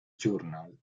journal